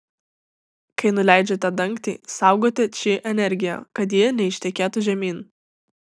kai nuleidžiate dangtį saugote či energiją kad ji neištekėtų žemyn